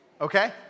okay